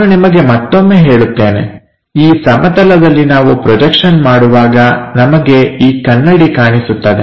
ನಾನು ನಿಮಗೆ ಮತ್ತೊಮ್ಮೆ ಹೇಳುತ್ತೇನೆ ಈ ಸಮತಲದಲ್ಲಿ ನಾವು ಪ್ರೊಜೆಕ್ಷನ್ ಮಾಡುವಾಗ ನಮಗೆ ಈ ಕನ್ನಡಿ ಕಾಣಿಸುತ್ತದೆ